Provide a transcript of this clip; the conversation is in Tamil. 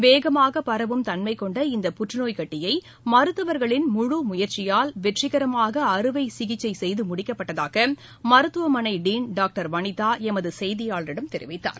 வேகமாகப் பரவும் தன்மை கொண்ட இந்த புற்றுநோய் கட்டியை மருத்துவர்களின் முழுமுயற்சியால் வெற்றிகரமாக அறுவை சிகிச்சை செய்து முடிக்கப்பட்டதாக மருத்துவமனையின் டீன் டாக்டர் வனிதா எமது செய்தியாளரிடம் தெரிவித்தார்